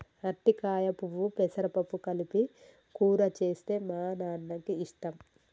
అరటికాయ పువ్వు పెసరపప్పు కలిపి కూర చేస్తే మా నాన్నకి ఇష్టం